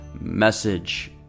message